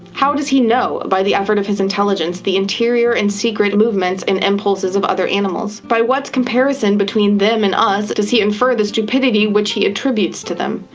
how does he know, by the effort of his intelligence, the interior and secret movements and impulses of other animals? by what comparison between them and us does he infer the stupidity which he attributes to them?